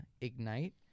ignite